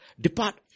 depart